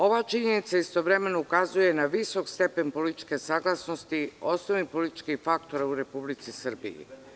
Ova činjenica istovremeno ukazuje na visok stepen političke saglasnosti, osnovnih političkih faktora u Republici Srbiji.